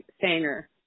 Sanger